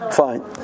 fine